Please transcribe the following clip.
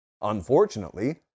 unfortunately